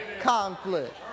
conflict